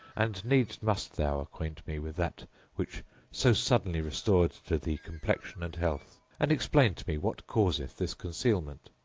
and needs must thou acquaint me with that which so suddenly restored to thee complexion and health, and explain to me what causeth this concealment.